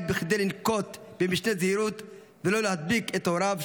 כדי לנקוט משנה זהירות ולא להדביק את הוריו,